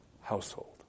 household